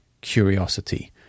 curiosity